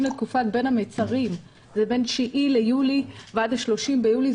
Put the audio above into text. לתקופת בין המצרים בין 9 ביולי ו-30 ביולי,